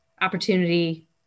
opportunity